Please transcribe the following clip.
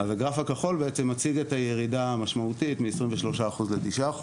הכחול, שמציג את הירידה המשמעותית מ-23% ל-9%.